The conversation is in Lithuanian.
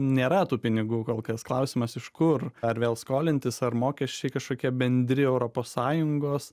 nėra tų pinigų kol kas klausimas iš kur ar vėl skolintis ar mokesčiai kažkokie bendri europos sąjungos